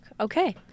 Okay